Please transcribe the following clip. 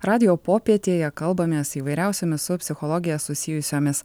radijo popietėje kalbamės įvairiausiomis su psichologija susijusiomis